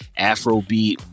Afrobeat